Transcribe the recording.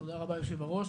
תודה רבה, היושב-ראש,